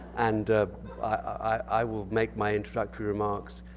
and i will make my introductory remarks.